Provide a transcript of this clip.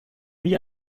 wie